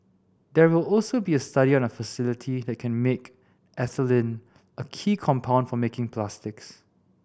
there will also be a study on a facility that can make ethylene a key compound for making plastics